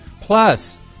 Plus